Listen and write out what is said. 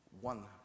One